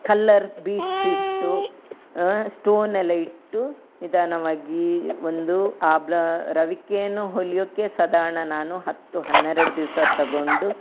colour beads ಇಟ್ಟು ಸ್ಟೋನೆಲ್ಲ ಇಟ್ಟು ನಿಧಾನವಾಗಿ ಒಂದು ಆ ಬ್ಲಾ ರವಿಕೆಯನ್ನು ಹೊಲೆಯೋಕ್ಕೆ ಸಾಧಾರ್ಣ ನಾನು ಹತ್ತು ಹನ್ನೆರಡು ದಿವಸ ತೊಗೊಂಡು